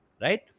Right